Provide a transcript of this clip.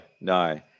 no